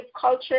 culture